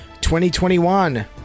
2021